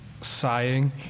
sighing